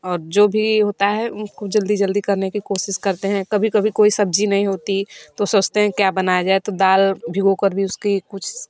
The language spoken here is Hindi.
और जो भी होता है उसको जल्दी जल्दी करने की कोशिश करते हैं कभी कभी कोई सब्ज़ी नहीं होती तो सोचते हैं क्या बनाया जाए तो दाल भिगोकर भी उसकी कुछ